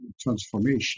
transformation